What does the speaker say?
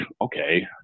okay